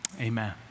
Amen